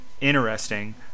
interesting